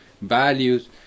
values